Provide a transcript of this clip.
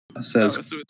says